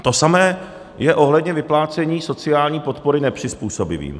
To samé je ohledně vyplácení sociální podpory nepřizpůsobivým.